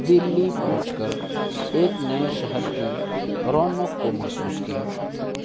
دہلی پہنچ کر ایک نئے شہر کی رونق کو محسوس کیا